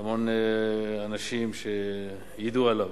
להמון אנשים, שידעו עליו.